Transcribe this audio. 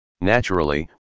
Naturally